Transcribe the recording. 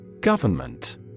Government